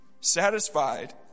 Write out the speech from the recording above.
satisfied